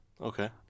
Okay